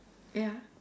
ya